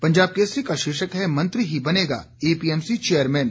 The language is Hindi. पंजाब केसरी का शीर्षक है मंत्री ही बनेगा एपीएमसी चेयरमैन